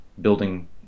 building